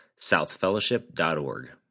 southfellowship.org